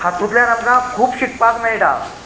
हातूंतल्यान आमकां खूब शिकपाक मेळटा